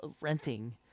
renting